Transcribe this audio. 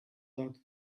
that